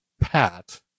PAT